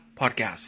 podcast